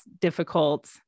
difficult